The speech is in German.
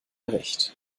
recht